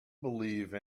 believe